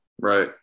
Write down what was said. Right